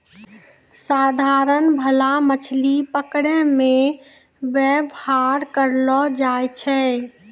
साधारण भाला मछली पकड़ै मे वेवहार करलो जाय छै